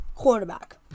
Quarterback